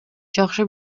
жакшы